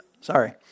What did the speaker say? Sorry